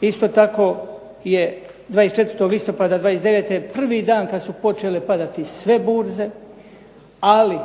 isto tako je 24. listopada '29. prvi dan kad su počele padati sve burze. Ali